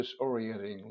disorienting